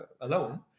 alone